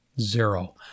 Zero